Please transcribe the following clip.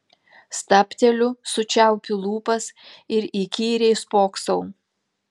stabteliu sučiaupiu lūpas ir įkyriai spoksau